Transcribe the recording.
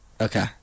Okay